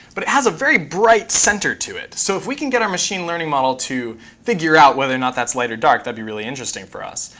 but it has a very bright center to it. so if we can get our machine learning model to figure out whether or not that's light or dark, that'd be really interesting for us.